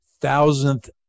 thousandth